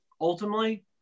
ultimately